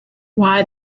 why